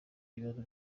ikibazo